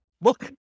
look